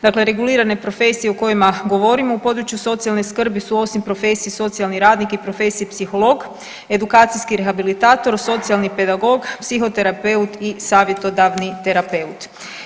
Dakle, regulirane profesije o kojima govorimo u području socijalne skrbi su osim profesije socijalni radnik i profesije psiholog, edukacijski rehabilitator, socijalni pedagog, psihoterapeut i savjetodavni terapeut.